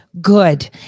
good